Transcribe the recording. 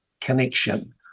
connection